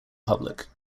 public